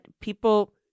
people